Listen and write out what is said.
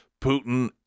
Putin